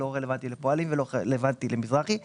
לא רלוונטי לפועלים ולא רלוונטי למזרחי טפחות.